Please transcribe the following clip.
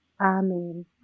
Amen